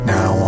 Now